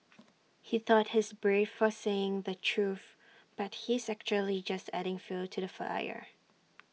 he thought he's brave for saying the truth but he's actually just adding fuel to the fire